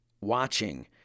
watching